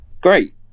great